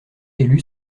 élu